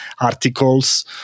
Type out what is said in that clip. articles